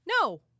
no